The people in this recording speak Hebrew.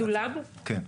אוקיי.